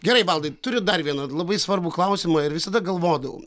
gerai valdai turiu dar vieną labai svarbų klausimą ir visada galvodavau